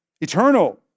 eternal